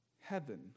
heaven